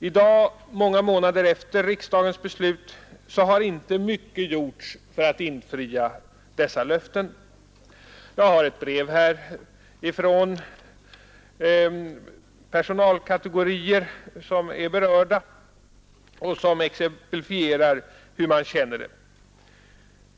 I dag, många månader efter riksdagens beslut, har inte mycket gjorts för att infria dessa löften. Jag har framför mig ett brev från berörda personalkategorier som exemplifierar hur man känner det.